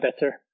better